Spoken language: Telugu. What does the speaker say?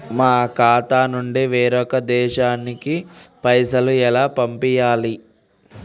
మా ఖాతా నుంచి వేరొక దేశానికి పైసలు ఎలా పంపియ్యాలి?